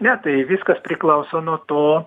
ne tai viskas priklauso nuo to